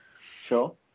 sure